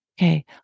Okay